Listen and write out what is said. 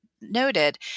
noted